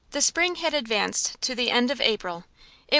the spring had advanced to the end of april.